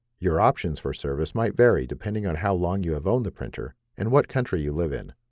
your options for service might vary depending on how long you have owned the printer and what country you live in.